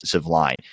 line